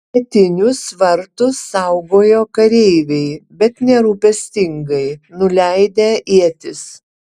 pietinius vartus saugojo kareiviai bet nerūpestingai nuleidę ietis